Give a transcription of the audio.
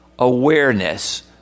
awareness